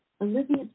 Olivia